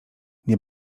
nie